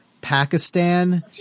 Pakistan